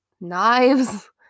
knives